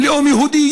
לאום יהודי,